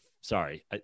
sorry